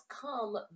come